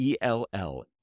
ELL